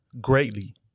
greatly